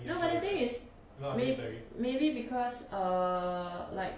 no but the thing is may~ maybe because err like